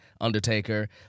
Undertaker